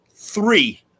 Three